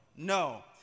No